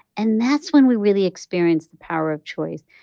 and that's when we really experience the power of choice,